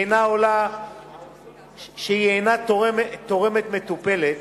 שהיא אינה תורמת מטופלת,